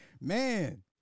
man